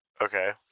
Okay